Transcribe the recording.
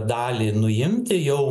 dalį nuimti jau